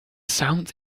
sounds